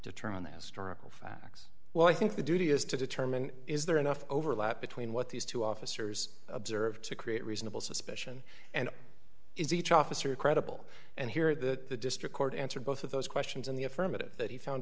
determine the astronomical facts well i think the duty is to determine is there enough overlap between what these two officers observed to create reasonable suspicion and is each officer credible and here at the district court answer both of those questions in the affirmative that he found